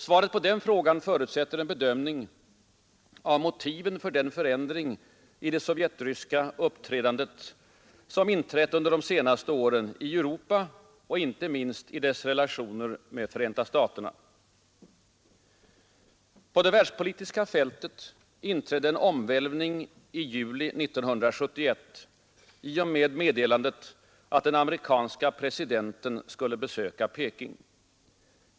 Svaret på den frågan förutsätter en bedömning av motiven för den förändring i det sovjetryska uppträdandet som inträtt under de senaste åren i Europa och inte minst i relationerna till Förenta staterna. På det världspolitiska fältet inträdde en omvälvning i juli 1971 i och med meddelandet att den amerikanske presidenten skulle besöka Peking.